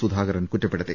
സുധാകരൻ കുറ്റപ്പെടുത്തി